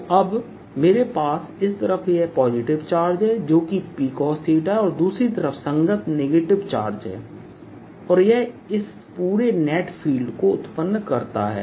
तो अब मेरे पास इस तरफ यह पॉजिटिव चार्ज है जो कि Pcos है और दूसरी तरफ संगत नेगेटिव चार्ज है और यह इस पूरे नेट फील्ड को उत्पन्न करता है